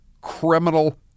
criminal